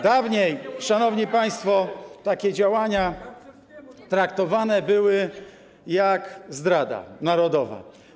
Dawniej, szanowni państwo, takie działania traktowane były jak zdrada narodowa.